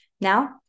now